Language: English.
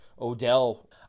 Odell